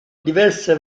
diverse